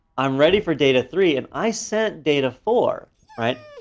i'm ready for data three. and i sent data four, right?